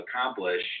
accomplish